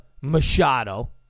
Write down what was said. Machado